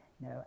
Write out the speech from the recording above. No